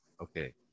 okay